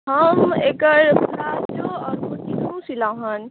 हँ हम एकर बाजू आओर दुनू सिलहुँ हेँ